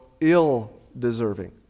ill-deserving